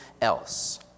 else